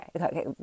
okay